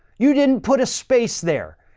you didn't put a space there.